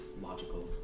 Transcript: logical